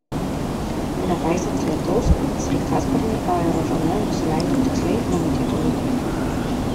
nepaisant lietaus sraigtasparniai aerodrome nusileido tiksliai numatytu laiku